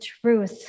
truth